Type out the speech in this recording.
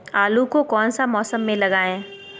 आलू को कौन सा मौसम में लगाए?